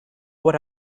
would